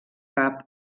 cap